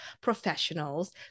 professionals